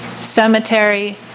cemetery